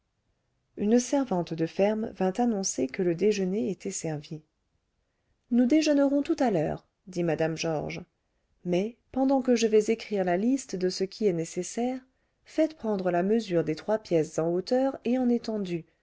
une servante de ferme vint annoncer que le déjeuner était servi nous déjeunerons tout à l'heure dit mme georges mais pendant que je vais écrire la liste de ce qui est nécessaire faites prendre la mesure des trois pièces en hauteur et en étendue